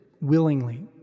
willingly